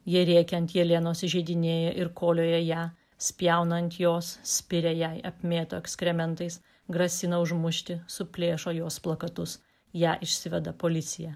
jie rėkia ant jelenos įžeidinėja ir kolioja ją spjauna ant jos spiria jai apmėto ekskrementais grasina užmušti suplėšo jos plakatus ją išsiveda policija